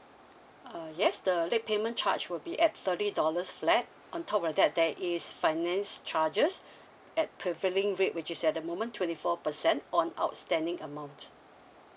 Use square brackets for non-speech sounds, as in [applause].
uh yes the late payment charge will be at thirty dollars flat on top of that there is finance charges [breath] at prevailing rate which is at the moment twenty four percent on outstanding amount